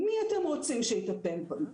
מי אתם רוצים שיטפל בהם.